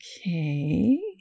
okay